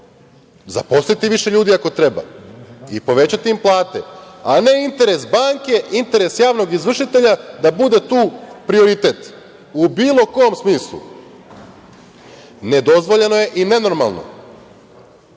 Zaposlite više ljudi, ako treba, i povećajte im plate, a ne interes banke, interes javnog izvršitelja da bude tu prioritet i bilo kom smislu. Nedozvoljeno je i nenormalno